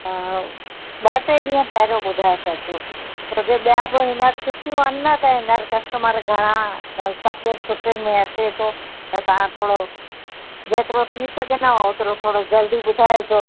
हा ॿ टे ॾींहं पहिरीं ॿुधाए छॾिजो छोजे ॿिया बि हींअर छुट्टियूं आहिनि न त हीअंर कस्टमर घणा सभु केरु छुट्टियुंनि में अचे थो त तव्हां थोरो जेतिरो थी सघे न ओतिरो थोरो जल्दी ॿुधाइजो